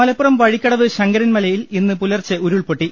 മലപ്പുറം വഴിക്കടവ് ശങ്കരൻ മലയിൽ ഇന്ന് പുലർച്ചെ ഉരുൾപൊട്ടി